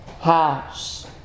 house